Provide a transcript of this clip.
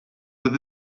with